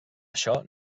això